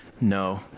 No